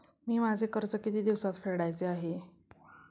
मी माझे कर्ज किती दिवसांत फेडायचे आहे?